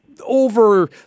over